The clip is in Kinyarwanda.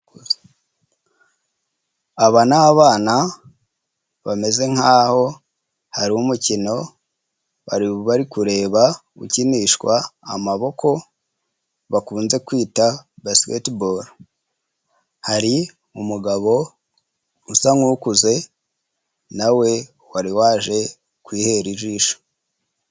Aba ni abana bameze nk'aho hari umukino bari bari kureba ukinishwa amaboko bakunze kwita basiketi boro, hari umugabo usa nk'ukuze na we wari waje kwihera ijisho.